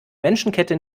menschenkette